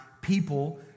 people